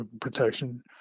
protection